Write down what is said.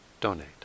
donate